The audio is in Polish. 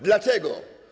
Dlaczego?